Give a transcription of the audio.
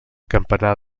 campanar